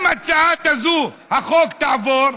אם הצעת החוק הזאת תעבור,